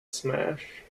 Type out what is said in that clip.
smash